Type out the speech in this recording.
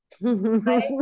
right